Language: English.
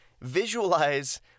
visualize